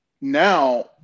now